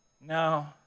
No